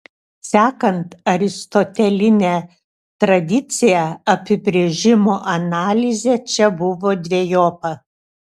sekant aristoteline tradicija apibrėžimo analizė čia buvo dvejopa